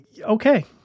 okay